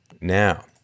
Now